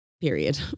period